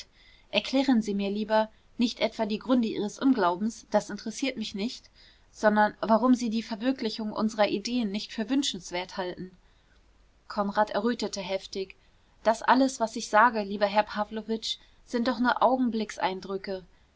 erklären sie mir lieber nicht etwa die gründe ihres unglaubens das interessiert mich nicht sondern warum sie die verwirklichung unserer ideen nicht für wünschenswert halten konrad errötete heftig das alles was ich sage lieber herr pawlowitsch sind doch nur